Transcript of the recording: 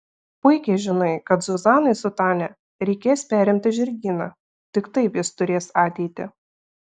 puikiai žinai kad zuzanai su tania reikės perimti žirgyną tik taip jis turės ateitį